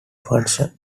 function